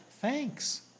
thanks